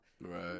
Right